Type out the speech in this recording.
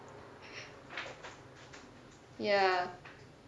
ya